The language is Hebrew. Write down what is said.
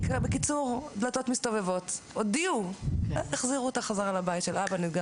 דלתות מסתובבות והחזירו אותה חזרה לבית של האבא.